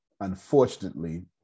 unfortunately